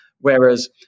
whereas